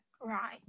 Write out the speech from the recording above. right